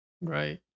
Right